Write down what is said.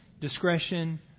discretion